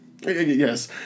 Yes